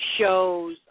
shows